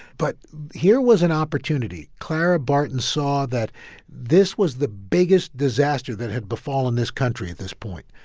but here was an opportunity. clara barton saw that this was the biggest disaster that had befallen this country at this point.